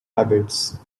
rabbits